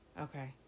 Okay